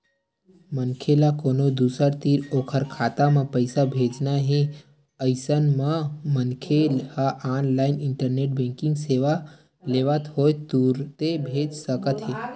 मनखे ल कोनो दूसर तीर ओखर खाता म पइसा भेजना हे अइसन म मनखे ह ऑनलाइन इंटरनेट बेंकिंग सेवा लेवत होय तुरते भेज सकत हे